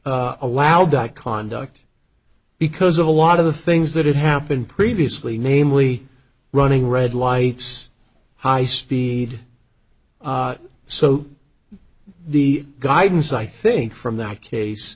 allowed that conduct because of a lot of the things that had happened previously namely running red lights high speed so the guidance i think from that ca